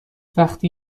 وقتی